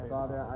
Father